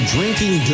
Drinking